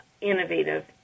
innovative